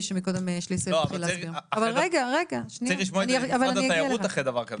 שמקודם שליסל --- צריך לשמוע את משרד התיירות בנושא.